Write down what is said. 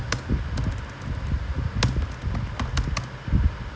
okay because of the partying only he retire lah